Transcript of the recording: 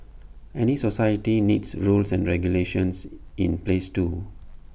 any society needs rules and regulations in place too